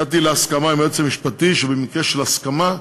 הגעתי להסכמה עם היועץ המשפטי, שבמקרה של הסכמה,